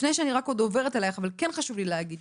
לפני שאני עוברת אלייך, חשוב לי להגיד